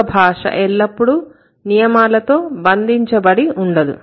ఒక భాష ఎల్లప్పుడూ నియమాలతో బంధించబడి ఉండదు